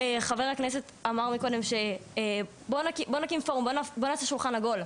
חבר הכנסת אמר מקודם שבוא נעשה שולחן עגול,